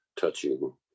touching